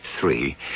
Three